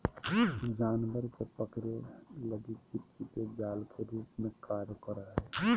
जानवर के पकड़े लगी चिपचिपे जाल के रूप में कार्य करो हइ